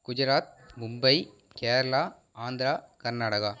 Gujarat Mumbai Kerala Andhra Karnataka